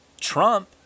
Trump